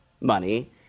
money